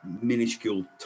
Minuscule